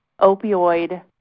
opioid